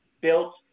built